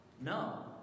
no